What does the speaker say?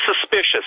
suspicious